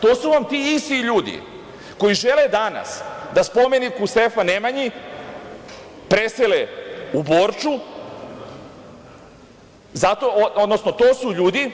To su vam ti isti ljudi koji žele danas da spomenik Stefanu Nemanji presele u Borču, odnosno to su ljudi